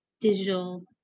digital